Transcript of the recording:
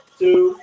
two